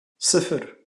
صفر